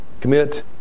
commit